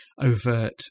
overt